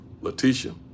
Letitia